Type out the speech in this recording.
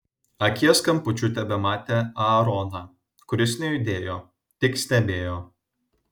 akies kampučiu tebematė aaroną kuris nejudėjo tik stebėjo